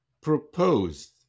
proposed